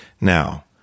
Now